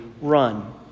run